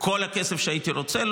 כל הכסף שהייתי רוצה?